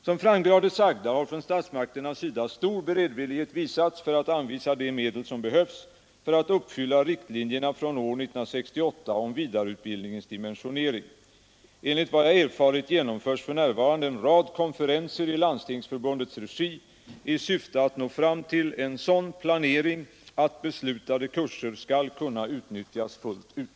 Som framgår av det sagda har från statsmakternas sida stor beredvillighet visats för att anvisa de medel som behövs för att uppfylla riktlinjerna från år 1968 om vidareutbildningens dimensionering. Enligt vad jag erfarit genomförs för närvarande en rad konferenser i Landstingsförbundets regi i syfte att nå fram till en sådan planering att beslutade kurser skall kunna utnyttjas fullt ut.